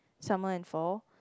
summer and fall